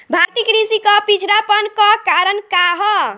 भारतीय कृषि क पिछड़ापन क कारण का ह?